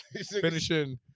finishing